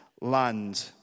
land